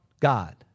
God